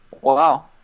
Wow